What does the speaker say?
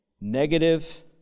negative